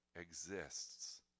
exists